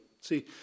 See